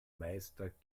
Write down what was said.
meister